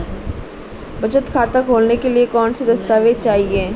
बचत खाता खोलने के लिए कौनसे दस्तावेज़ चाहिए?